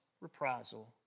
reprisal